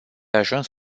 ajuns